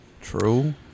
true